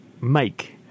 make